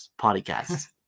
podcasts